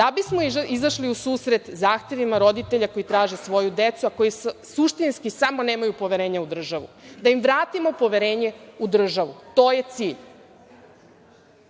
da bismo izašli u susret zahtevima roditelja koji traže svoju decu, a koji suštinski samo nemaju poverenja u državu. Da im vratimo poverenje u državu, to je cilj. Šta